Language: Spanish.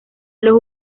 los